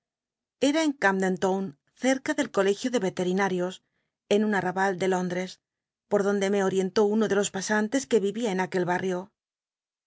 era en cambdcntown cerca del colegio de veterinarios en un amrhal ele l úndl'c por donde me orientó uno de los pasanlc que l'il'ia en aquel barrio